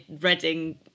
Reading